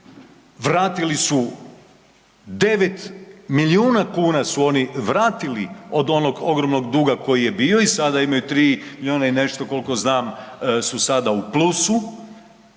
vratili su, 9 milijuna kuna su oni vratili od onog ogromnog duga koji je bio i sada imaju 3 milijuna i nešto koliko znam su sada u plusu,